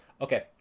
Okay